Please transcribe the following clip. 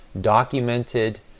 documented